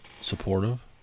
supportive